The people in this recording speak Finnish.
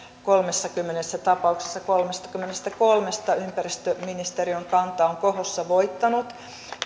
kolmessakymmenessä tapauksessa kolmestakymmenestäkolmesta ympäristöministeriön kanta on khossa voittanut